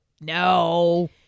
No